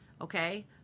Okay